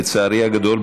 לצערי הגדול,